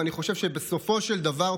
ואני חושב שבסופו של דבר,